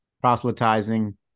proselytizing